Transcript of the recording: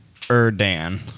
Erdan